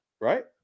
Right